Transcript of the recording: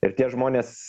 ir tie žmonės